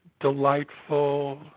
delightful